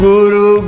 Guru